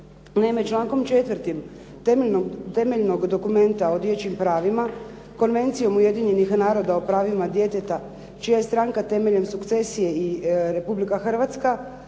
Naime, člankom 4. temeljnog dokumenta od dječjim pravima Konvencijom Ujedinjenih naroda o pravima djeteta čija je stranka temeljem sukcesije i Republika Hrvatska